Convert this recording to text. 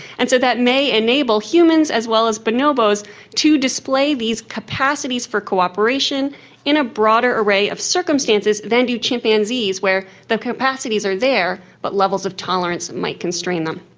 and so that may enable humans as well as bonobos to display these capacities for cooperation in a broader array of circumstances than do chimpanzees where the capacities are there but levels of tolerance might constrain them.